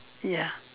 ya